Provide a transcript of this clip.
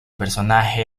personaje